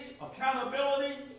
accountability